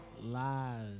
Lies